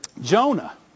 Jonah